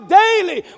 daily